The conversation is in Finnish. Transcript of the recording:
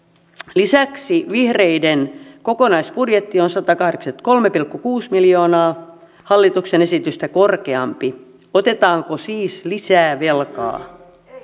lisäksi vihreiden kokonaisbudjetti on satakahdeksankymmentäkolme pilkku kuusi miljoonaa hallituksen esitystä korkeampi otetaanko siis lisää velkaa